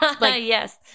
Yes